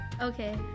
Okay